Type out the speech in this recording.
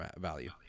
value